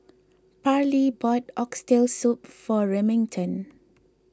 Parley bought Oxtail Soup for Remington